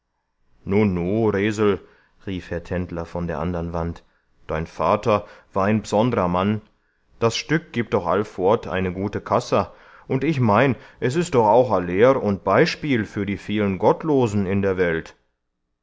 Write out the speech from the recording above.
rief herr tendler von der andern wand dein vater war ein b'sondrer mann das stück gibt doch allfort eine gute cassa und ich mein es ist doch auch a lehr und beispiel für die vielen gottlosen in der welt